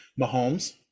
Mahomes